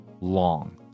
long